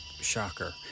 Shocker